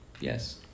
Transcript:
Yes